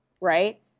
right